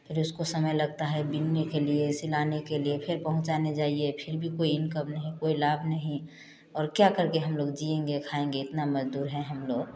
फिर उसको समय लगता है बिनने के लिए सिलाने के लिए फिर पहुँचाने जाइए फिर भी कोई इनकम नहीं कोई लाभ नहीं और क्या करके हम लोग जिएँगे खाएँगे इतना मजदूर हैं हम लोग